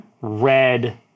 Red